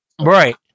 Right